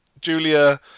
Julia